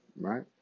right